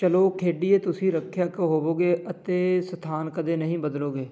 ਚਲੋ ਖੇਡੀਏ ਤੁਸੀਂ ਰੱਖਿਅਕ ਹੋਵੋਗੇ ਅਤੇ ਸਥਾਨ ਕਦੇ ਨਹੀਂ ਬਦਲੋਗੇ